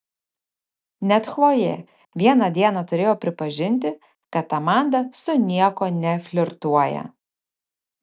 net chlojė vieną dieną turėjo pripažinti kad amanda su niekuo neflirtuoja